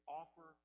offer